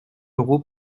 euros